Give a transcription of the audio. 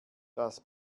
das